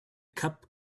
cup